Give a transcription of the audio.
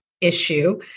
issue